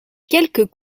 quelques